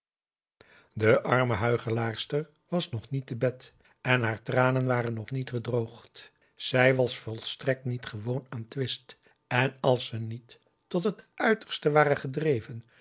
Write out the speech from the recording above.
de arme huichelaarster was nog niet te bed en haar tranen waren nog niet gedroogd zij was volstrekt niet gewoon aan twist en als ze niet tot het uiterste ware gedreven